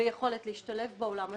ויכולת להשתלב בעולם הזה,